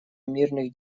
мирных